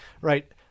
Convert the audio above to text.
right